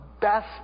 best